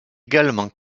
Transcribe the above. également